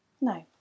No